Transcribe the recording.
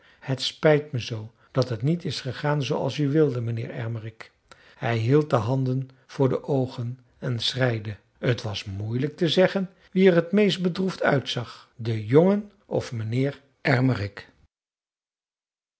het spijt me zoo dat het niet is gegaan zooals u wilde mijnheer ermerik hij hield de handen voor de oogen en schreide het was moeilijk te zeggen wie er t meest bedroefd uitzag de jongen of mijnheer ermerik